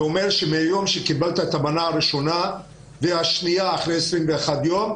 זה אומר שביום שקיבלת את המנה הראשונה והשנייה אחרי 21 ימים,